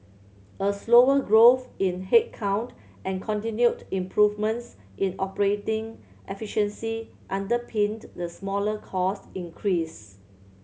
a slower growth in headcount and continued improvements in operating efficiency underpinned the smaller cost increase